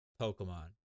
Pokemon